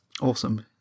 Awesome